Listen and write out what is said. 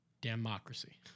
Democracy